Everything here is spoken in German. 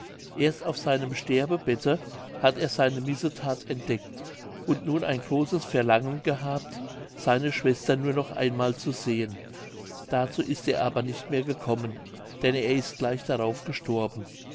erst auf seinem sterbebette hat er seine missethat entdeckt und nun ein großes verlangen gehabt seine schwester nur noch einmal zu sehen dazu ist er aber nicht mehr gekommen denn er ist gleich darauf gestorben